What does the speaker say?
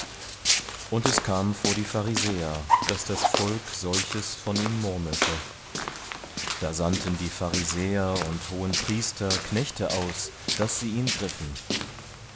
und es kam vor die pharisäer daß das volk solches von ihm murmelte da sandten die pharisäer und hohenpriester knechte aus das sie ihn griffen